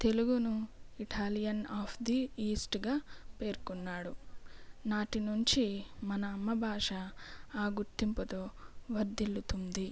తెలుగును Italian of the ఈస్ట్గా పేర్కొన్నాడు నాటి నుంచి మన అమ్మ భాష ఆ గుర్తింపుతో వర్ధిల్లుతుంది